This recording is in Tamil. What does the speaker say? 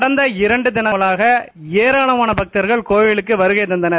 டந்த இரண்டு தினங்களாக ஏராளமான பக்தர்கள் கோவிலுக்கு வருகை தந்தனர்